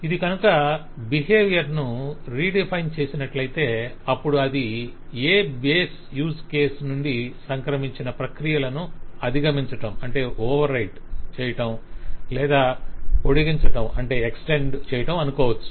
ఇది కనుక బిహేవియర్ ను పునర్నిర్వచించినట్లయితే అప్పుడు అది A బేస్ యూజ్ కేసు నుండి సంక్రమించిన ప్రక్రియలను అధిగమించటం లేదా పొడిగించాలని అనుకోవచ్చు